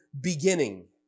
beginning